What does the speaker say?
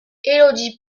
élodie